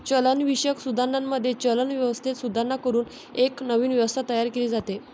चलनविषयक सुधारणांमध्ये, चलन व्यवस्थेत सुधारणा करून एक नवीन व्यवस्था तयार केली जाते